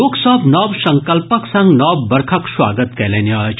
लोक सभ नव संकल्पक संग नव वर्षक स्वागत कयलनि अछि